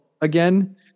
again